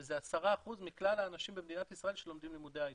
שזה 10% מכלל האנשים במדינת ישראל שלומדים לימודי הייטק.